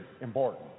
important